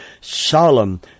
solemn